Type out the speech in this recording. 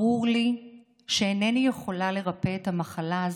ברור לי שאינני יכולה לרפא את המחלה הזאת,